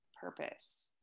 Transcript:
purpose